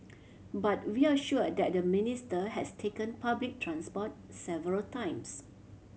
but we are sure that the Minister has taken public transport several times